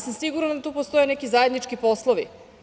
Sigurna sam da tu postoje neki zajednički poslovi.